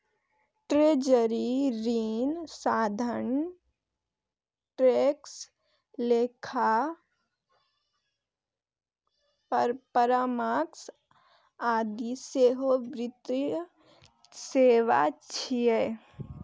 treasury, ऋण साधन, tax, लेखा परामर्श आदि सेहो वित्तीय सेवा छियै